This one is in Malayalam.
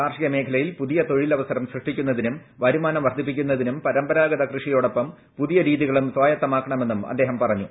കാർഷിക മേഖലയിൽ പുതിയ തൊഴിലവസരം സൃഷ്ടിക്കുന്നതിനും വരുമാനം വർദ്ധിപ്പിക്കുന്ന തിനും പരമ്പരാഗത കൃഷിയോടൊപ്പം പുതിയ രീതികളും സ്വായത്തമാക്കണമെന്നും അദ്ദേഹം പറഞ്ഞു